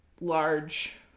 large